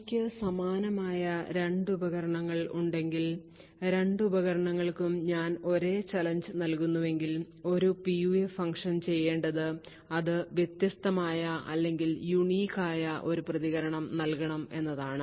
എനിക്ക് സമാനമായ രണ്ട് ഉപകരണങ്ങൾ ഉണ്ടെങ്കിൽ രണ്ട് ഉപകരണങ്ങൾക്കും ഞാൻ ഒരേ ചലഞ്ച് നൽകുന്നുവെങ്കിൽ ഒരു PUF ഫംഗ്ഷൻ ചെയ്യേണ്ടത് അത് വ്യത്യസ്തമായ അല്ലെങ്കിൽ unique ആയ ഒരു പ്രതികരണം നൽകണം എന്നതാണ്